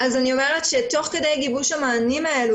אז אני אומרת שתוך כדי גיבוש המענים האלה,